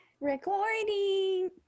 recording